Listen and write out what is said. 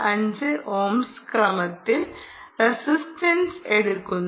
5 ohms ക്രമത്തിൽ resistors എടുക്കുന്നു